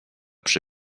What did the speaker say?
przy